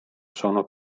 sono